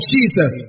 Jesus